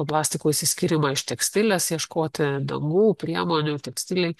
plastiko išsiskyrimą iš tekstilės ieškoti dangų priemonių tekstilei